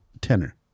tenor